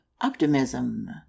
Optimism